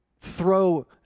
throw